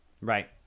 Right